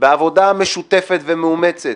בעבודה משותפת ומאומצת